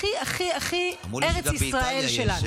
הכי הכי הכי ארץ ישראל שלנו.